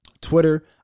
Twitter